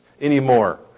anymore